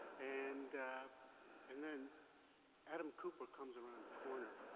and and then adam cooper comes around the corner